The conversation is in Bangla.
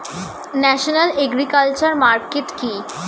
ন্যাশনাল এগ্রিকালচার মার্কেট কি?